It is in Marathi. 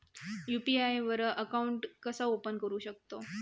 यू.पी.आय वर अकाउंट कसा ओपन करू शकतव?